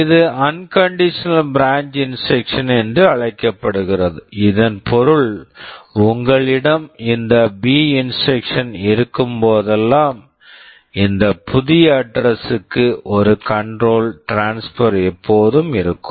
இது unconditional branch unconditional branch instruction instruction என்று அழைக்கப்படுகிறது இதன் பொருள் உங்களிடம் இந்த பி B இன்ஸ்ட்ரக்க்ஷன் instruction இருக்கும்போதெல்லாம் இந்த புதிய அட்ரஸ் address க்கு ஒரு கண்ட்ரோல் ட்ரான்ஸ்பெர் control transfer எப்போதும் இருக்கும்